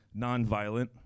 nonviolent